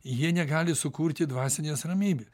jie negali sukurti dvasinės ramybės